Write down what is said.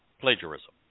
plagiarism